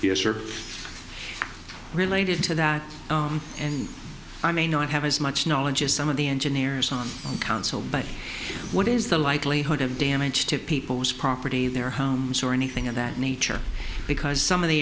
are related to that and i may not have as much knowledge as some of the engineers on council but what is the likelihood of damage to people's property their homes or anything of that nature because some of the